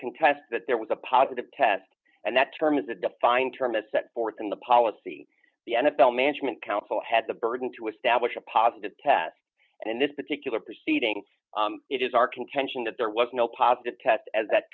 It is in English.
contest that there was a positive test and that term is a defined term as set forth in the policy the n f l management council had the burden to establish a positive test and in this particular proceeding it is our contention that there was no positive test as that